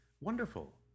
wonderful